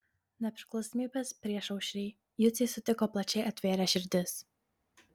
nepriklausomybės priešaušrį juciai sutiko plačiai atvėrę širdis